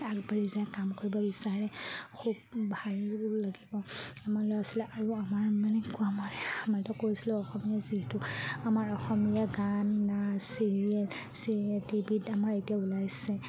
আগবাঢ়ি যায় কাম কৰিব বিচাৰে খুব ভাল লাগিব আমাৰ ল'ৰা ছোৱালী আৰু আমাৰ মানে কোৱা মানে আমাৰ ধৰক কৈছিলোঁ অসমীয়া যিহেতু আমাৰ অসমীয়া গান নাচ চিৰিয়েল চিৰিয়েল টি ভিত আমাৰ এতিয়া ওলাইছে